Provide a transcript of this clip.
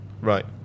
right